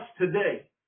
today